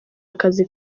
akazi